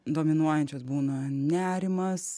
dominuojančios būna nerimas